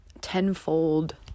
tenfold